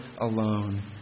alone